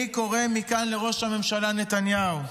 אני קורא מכאן לראש הממשלה נתניהו: